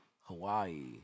Hawaii